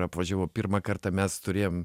apvažiavau pirmą kartą mes turėjom